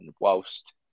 whilst